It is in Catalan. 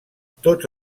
tots